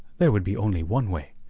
there would be only one way.